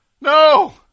no